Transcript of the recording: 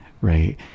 Right